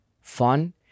fun